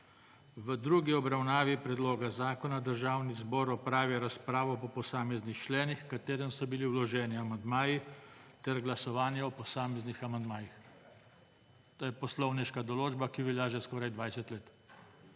»V drugi obravnavi predloga zakona Državni zbor opravi razpravo po posameznih členih, h katerim so bili vloženi amandmaji, ter glasovanje o posameznih amandmajih«. To je poslovniška določba, ki velja že skoraj 20 let.